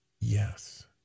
Yes